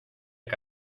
que